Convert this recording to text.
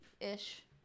Ish